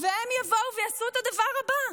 והם יבואו יעשו את הדבר הבא,